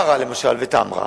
למשל, בערערה ובתמרה